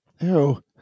ew